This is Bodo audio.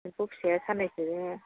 एम्फौ फिसाया साननैसोजोंनो